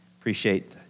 appreciate